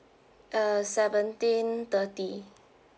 uh seventeen thirty